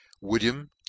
William